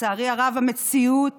לצערי הרב, במציאות